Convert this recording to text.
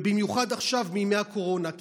ובמיוחד עכשיו בימי הקורונה.